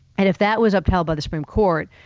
and if that was upheld by the supreme court,